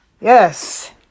Yes